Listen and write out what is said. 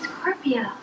Scorpio